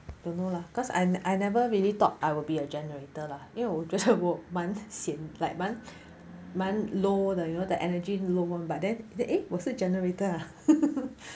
don't know lah cause I I never really thought I will be a generator lah 因为我觉得我蛮 sian like 蛮蛮 low you know the energy low but then eh 我是 generator ah